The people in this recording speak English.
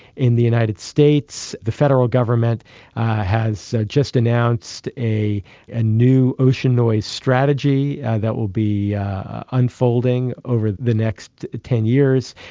in the united states the federal government has just announced a and new ocean noise strategy that will be unfolding over the next ten years.